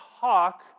talk